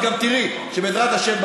ואת גם תראי שבעזרת השם,